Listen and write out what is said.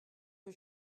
que